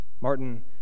Martin